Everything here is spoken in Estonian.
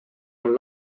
all